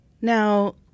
Now